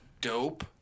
Dope